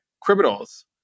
criminals